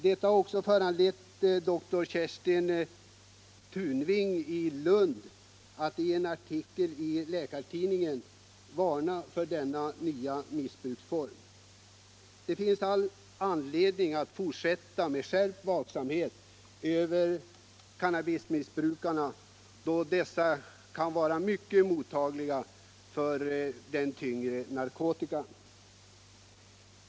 Detta har föranlett doktor Kerstin Tunving, Lund, att i en artikel i Läkartidningen varna för denna nya missbruksform. Det finns all anledning att fortsätta med skärpt vaksamhet över cannabismissbrukarna då dessa kan vara mycket mottagliga för den tyngre narkotikan.